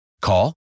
Call